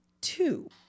two